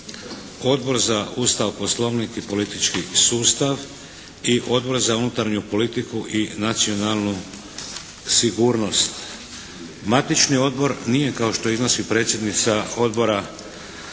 Odbor za Ustav, Poslovnik i politički sustav i Odbor za unutarnju politiku i nacionalnu sigurnost. Matični odbor nije kao što iznosi predsjednica Odbora